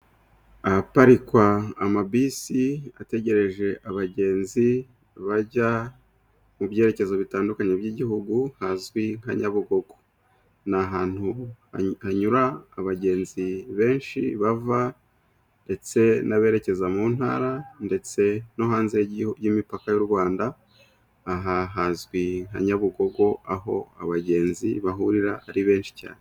Ahaparikwa amabisi ategereje abagenzi, bajya mu byerekezo bitandukanye by'igihugu, hazwi nka Nyabugogo. Ni ahantu hanyura abagenzi benshi bava, ndetse n'abererekeza mu ntara, ndetse no hanze y'imipaka y'U Rwanda, aha hazwi nka Nyabugogo aho abagenzi bahurira ari benshi cyane.